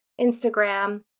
Instagram